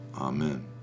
Amen